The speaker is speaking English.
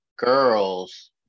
girls